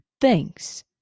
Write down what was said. Thanks